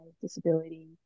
disability